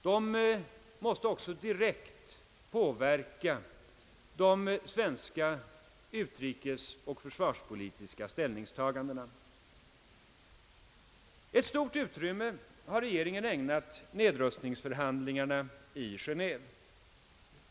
De måste också direkt påverka de svenska utrikesoch försvarspolitiska ställningstagandena. Ett stort utrymme har regeringen ägnat nedrustningsförhandlingarna i Genéve.